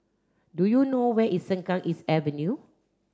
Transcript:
do you know where is Sengkang East Avenue